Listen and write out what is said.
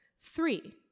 Three